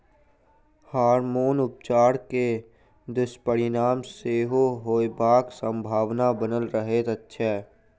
hormone उपचार के दुष्परिणाम सेहो होयबाक संभावना बनल रहैत छै